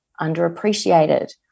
underappreciated